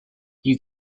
you